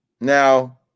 Now